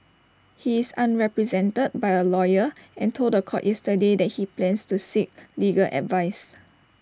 he is unrepresented by A lawyer and told The Court yesterday that he plans to seek legal advice